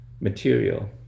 material